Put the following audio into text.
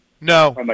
No